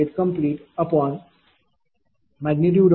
01120